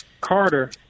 Carter